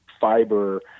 fiber